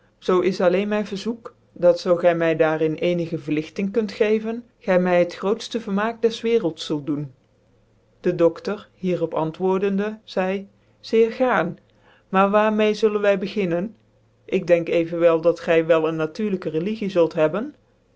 zoo is alleen mijn verzoek dat zoo gy my daar in ccnigc vcrligting kunt geven gy my het grootftc vermaak des werelds zult doen dc doftor hier op antwoordende zeide zeer gaarn maar waar mede zullen wy beginnen ik denk evenwel dat gy wel een natuurlijke religie zult hebben